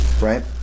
Right